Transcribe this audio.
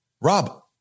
Rob